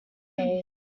days